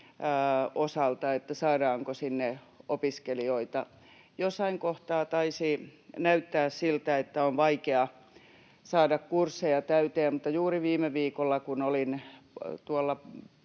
puolesta — että saadaanko sinne opiskelijoita. Jossain kohtaa taisi näyttää siltä, että on vaikea saada kursseja täyteen, mutta juuri viime viikolla, kun olin